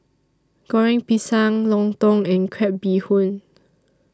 Goreng Pisang Lontong and Crab Bee Hoon